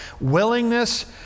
Willingness